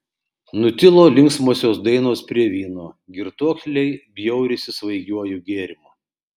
nutilo linksmosios dainos prie vyno girtuokliai bjaurisi svaigiuoju gėrimu